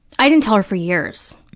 i didn't tell her for years.